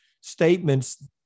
statements